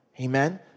Amen